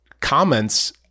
comments